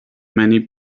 many